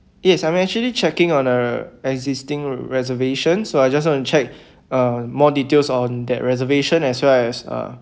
yes I'm actually checking on uh existing reservations so I just want to check uh more details on that reservation as well as uh